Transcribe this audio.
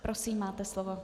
Prosím, máte slovo.